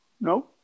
No